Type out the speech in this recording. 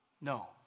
No